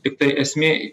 tiktai esmė